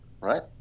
Right